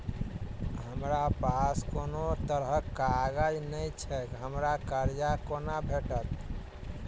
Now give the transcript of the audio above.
हमरा पास कोनो तरहक कागज नहि छैक हमरा कर्जा कोना भेटत?